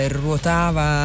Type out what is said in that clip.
ruotava